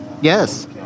Yes